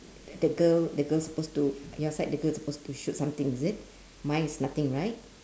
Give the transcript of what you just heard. the girl the girl suppose to your side the girl is suppose to shoot something is it mine is nothing right